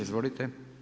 Izvolite.